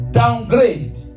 downgrade